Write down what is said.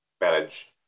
manage